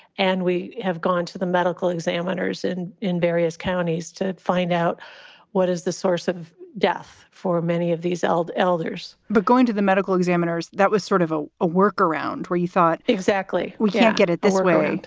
and we have gone to the medical examiners and in various counties to find out what is the source of death for many of these old elders but going to the medical examiners, that was sort of ah a work around where you thought. exactly. we can't get it this way.